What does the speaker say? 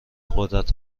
قدرت